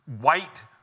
white